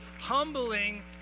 humbling